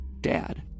Dad